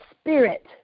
spirit